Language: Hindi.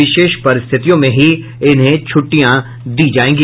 विशेष परिस्थितियों में ही छुट्टियां दी जायेंगी